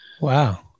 Wow